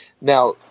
Now